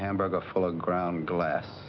hamburger full of ground glass